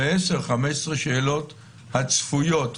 ל-15-10 השאלות הצפויות,